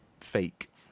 fake